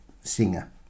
singer